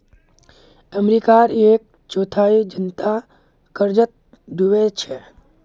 अमेरिकार एक चौथाई जनता कर्जत डूबे छेक